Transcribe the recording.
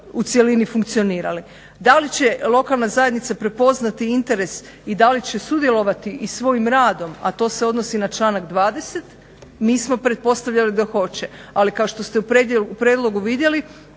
Da li će lokalna zajednica prepoznati interes i da li će sudjelovati i svojim radom a to se odnosi na članak 20. mi smo pretpostavljali da hoće. Ali kao što ste u prijedlogu vidjeli